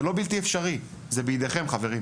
זה לא בלתי אפשרי, זה בידיכם חברים.